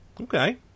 Okay